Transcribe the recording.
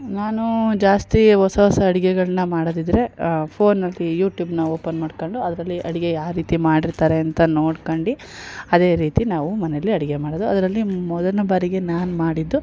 ನಾನು ಜಾಸ್ತಿ ಹೊಸ ಹೊಸ ಅಡುಗೆಗಳನ್ನ ಮಾಡೋದಿದ್ರೆ ಫೋನಿನಲ್ಲಿ ಯೂಟ್ಯೂಬ್ನಾ ಓಪನ್ ಮಾಡ್ಕೊಂಡು ಅದರಲ್ಲಿ ಅಡುಗೆ ಯಾವ ರೀತಿ ಮಾಡಿರ್ತಾರೆ ಅಂತ ನೋಡ್ಕೊಂಡು ಅದೇ ರೀತಿ ನಾವು ಮನೆಲ್ಲಿ ಅಡುಗೆ ಮಾಡೋದು ಅದರಲ್ಲಿ ಮೊದಲನೇ ಬಾರಿಗೆ ನಾನು ಮಾಡಿದ್ದು